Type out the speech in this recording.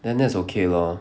then that's okay lor